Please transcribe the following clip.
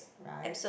right